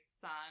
son